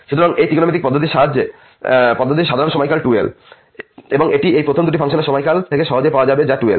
সুতরাং এই ত্রিকোণমিতিক পদ্ধতির সাধারণ সময়কাল 2l এটি এই প্রথম দুটি ফাংশনের সময়কাল থেকে সহজেই পাওয়া যাবে যা 2l